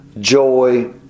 joy